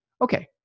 Okay